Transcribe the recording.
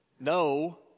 no